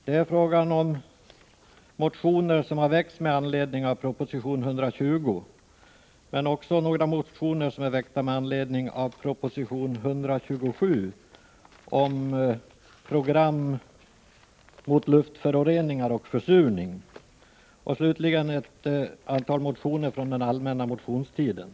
Det är fråga om motioner som väckts med anledning av proposition 120, motioner som är väckta med anledning av proposition 127 om program mot luftföroreningar och försurning, och slutligen ett antal motioner från den allmänna motionstiden.